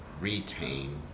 retain